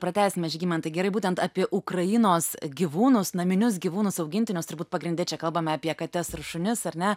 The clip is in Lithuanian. pratęsime žygimantai gerai būtent apie ukrainos gyvūnus naminius gyvūnus augintinius turbūt pagrinde čia kalbame apie kates ir šunis ar ne